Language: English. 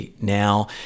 now